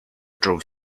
drove